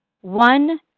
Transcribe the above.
one